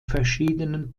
verschiedenen